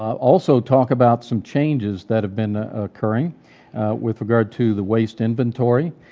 also talk about some changes that have been occurring with regard to the waste inventory,